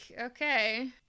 okay